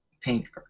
Pink